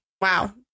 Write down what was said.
Wow